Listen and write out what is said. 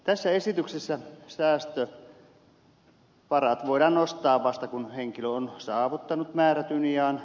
tässä esityksessä säästövarat voidaan nostaa vasta kun henkilö on saavuttanut määrätyn iän